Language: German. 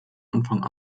anfang